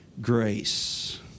grace